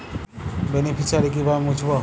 Beneficiary কিভাবে মুছব?